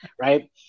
Right